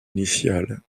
initial